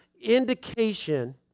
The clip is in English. indication